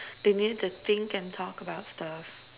they need to think and talk about stuff